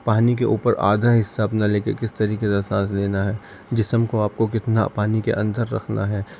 پانی کے اوپر آدھا حصہ اپنا لے کے کس طریقے سے سانس لینا ہے جسم کو آپ کو کتنا پانی کے اندر رکھنا ہے